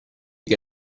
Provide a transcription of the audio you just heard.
che